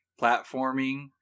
platforming